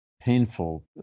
painful